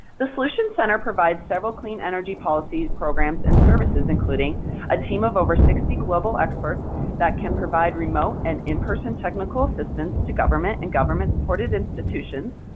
the solutions center provides several clean energy policies, programs, and services, including a team of over sixty global experts that can provide remote and in-person technical assistance to government and government-supported institutions,